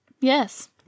Yes